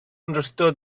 understood